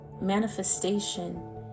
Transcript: manifestation